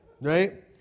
right